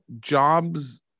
jobs